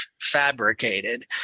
fabricated